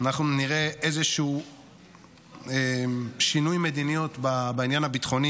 אנחנו נראה איזשהו שינוי מדיניות בעניין הביטחוני